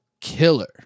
killer